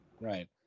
Right